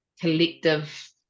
collective